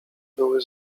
były